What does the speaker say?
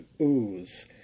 ooze